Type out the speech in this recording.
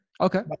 Okay